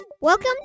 Welcome